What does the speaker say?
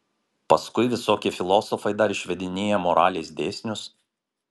paskui visokie filosofai dar išvedinėja moralės dėsnius